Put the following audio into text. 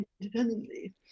independently